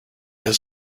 has